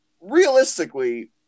Realistically